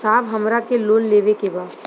साहब हमरा के लोन लेवे के बा